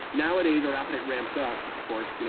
nowadays, our appetite ramps up, of course, you know